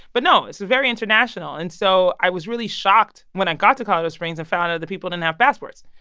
but no, it's very international and so i was really shocked when i got to colorado springs and found out other people didn't have passports,